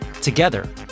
Together